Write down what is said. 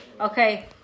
okay